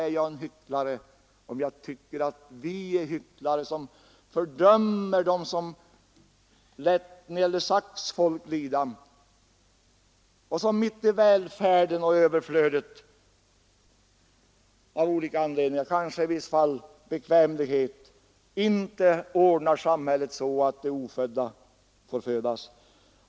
Är jag en hycklare om jag tycker att vi är hycklare, som fördömer dem som lät Nelly Sachs” folk lida och som, mitt i välfärden och överflödet, av olika anledningar — kanske i vissa fall av bekvämlighet — inte ordnar sam hället så, att de ofödda får födas?